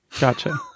Gotcha